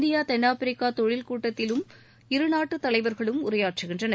India தென்னாப்பிரிக்கா தொழில் கூட்டத்திலும் இருநாட்டு தலைவர்களும் உரையாற்றுகின்றனர்